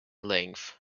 length